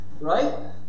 right